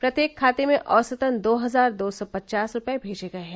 प्रत्येक खाते में औसतन दो हजार दो सौ पचास रूपये भेजे गए हैं